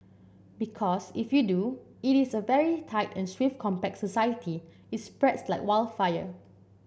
because if you do it is a very tight and swift compact society it spreads like wild fire